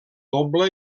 doble